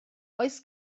oes